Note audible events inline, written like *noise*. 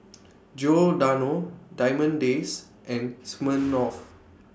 Giordano Diamond Days and *noise* Smirnoff